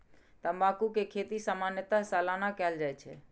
तंबाकू के खेती सामान्यतः सालाना कैल जाइ छै